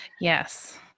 Yes